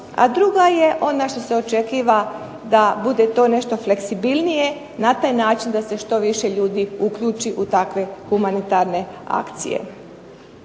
a druga je ono što se očekiva da bude nešto fleksibilnije na taj način da se što više ljudi uključi u te humanitarne akcije.